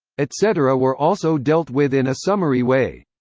etc. were also dealt with in a summary way.